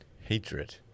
Hatred